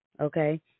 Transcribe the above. Okay